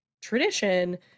tradition